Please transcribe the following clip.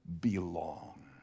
belong